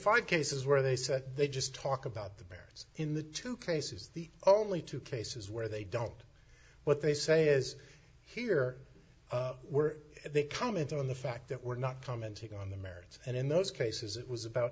five cases where they said they just talk about the parents in the two cases the only two cases where they don't what they say is here were they comment on the fact that we're not commenting on the merits and in those cases it was about